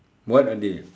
what are they